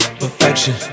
perfection